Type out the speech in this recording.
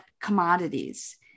commodities